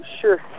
sure